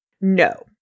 No